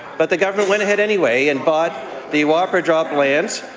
but the government went ahead anyway and bought the whopper drop lands,